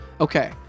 Okay